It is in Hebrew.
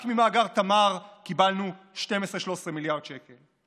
רק ממאגר תמר קיבלו 13-12 מיליארד שקל.